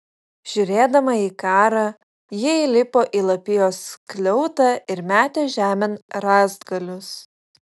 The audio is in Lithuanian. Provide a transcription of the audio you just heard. žiūrėdama į karą ji įlipo į lapijos skliautą ir mėtė žemėn rąstgalius